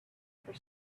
for